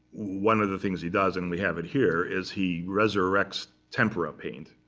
one of the things he does, and we have it here, is he resurrects tempera paint.